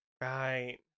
Right